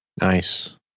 Nice